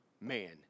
man